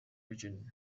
region